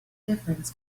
difference